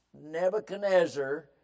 Nebuchadnezzar